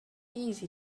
easy